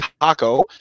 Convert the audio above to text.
Taco